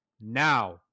now